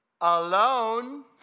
Alone